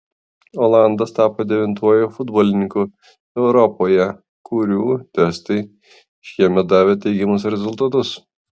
olandas tapo devintuoju futbolininku europoje kurių testai šiemet davė teigiamus rezultatus